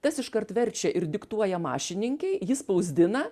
tas iškart verčia ir diktuoja mašininkei ji spausdina